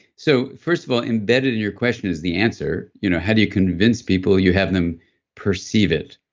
so first of all, embedded in your question is the answer. you know how do you convince people? you have them perceive it,